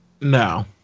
No